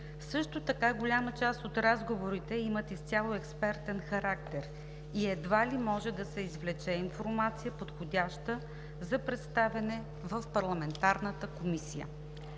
Също така, голяма част от разговорите имат изцяло експертен характер и едва ли може да се извлече информация, подходяща за представяне на парламентарната комисия.